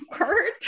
word